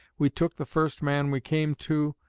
we took the first man we came to,